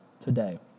today